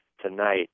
tonight